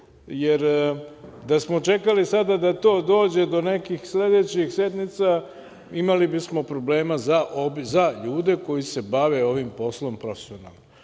jer da smo čekali sada da to dođe do nekih sledećih sednica, imali bismo problema za ljude koji se bave ovim poslom profesionalno. Izmena